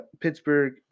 Pittsburgh